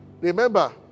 remember